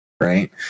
right